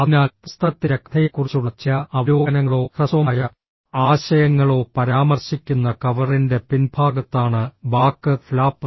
അതിനാൽ പുസ്തകത്തിന്റെ കഥയെക്കുറിച്ചുള്ള ചില അവലോകനങ്ങളോ ഹ്രസ്വമായ ആശയങ്ങളോ പരാമർശിക്കുന്ന കവറിന്റെ പിൻഭാഗത്താണ് ബാക്ക് ഫ്ലാപ്പ്